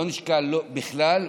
לא נשקל בכלל,